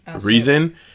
reason